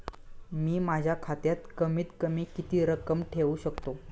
मी माझ्या खात्यात कमीत कमी किती रक्कम ठेऊ शकतो?